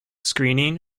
screening